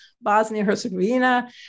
Bosnia-Herzegovina